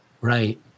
Right